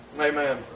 amen